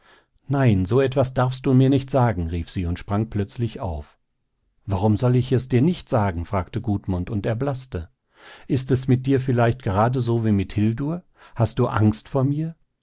nein so etwas darfst du mir nicht sagen rief sie und sprang plötzlich auf warum soll ich es dir nicht sagen fragte gudmund und erblaßte ist es mit dir vielleicht gerade so wie mit hildur hast du angst vor mir